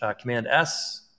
Command-S